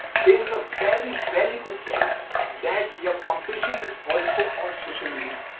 there is a very very good chance that your competition is ah so on social media.